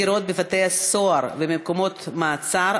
(בחירות בבתי-סוהר ובמקומות מעצר),